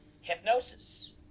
hypnosis